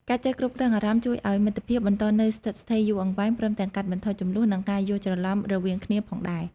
ការចេះគ្រប់់គ្រងអារម្មណ៍ជួយឱ្យមិត្តភាពបន្តនៅស្ថិតស្ថេរយូរអង្វែង ព្រមទាំងកាត់បន្ថយជម្លោះ និងការយល់ច្រឡំរវាងគ្នាផងដែរ។